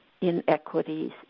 inequities